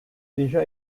déjà